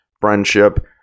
friendship